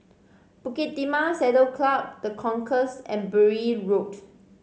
Bukit Timah Saddle Club The Concourse and Bury Road